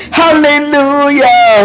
hallelujah